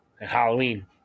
Halloween